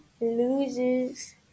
loses